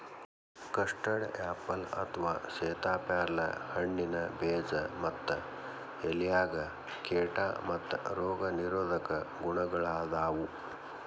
custard apple ಅಥವಾ ಸೇತಾಪ್ಯಾರಲ ಹಣ್ಣಿನ ಬೇಜ ಮತ್ತ ಎಲೆಯಾಗ ಕೇಟಾ ಮತ್ತ ರೋಗ ನಿರೋಧಕ ಗುಣಗಳಾದಾವು